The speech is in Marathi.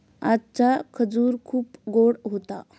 आजचा खजूर खूप गोड होता